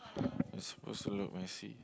you're supposed to look messy